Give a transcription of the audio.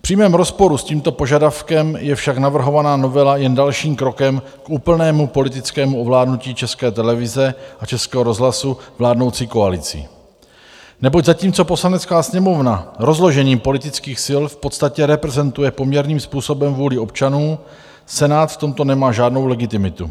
V přímém rozporu s tímto požadavkem je však navrhovaná novela jen dalším krokem k úplnému politickému ovládnutí České televize a Českého rozhlasu vládnoucí koalicí, neboť zatímco Poslanecká sněmovna rozložením politických sil v podstatě reprezentuje poměrným způsobem vůli občanů, Senát v tomto nemá žádnou legitimitu.